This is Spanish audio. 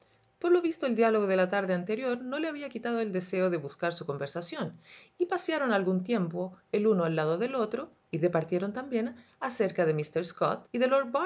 por lo visto el diálogo de la tarde anterior no le había quitado el deseo de buscar su conversación y pasearon algún tiempo el uno al lado del otro y departieron también acerca de míster scott y de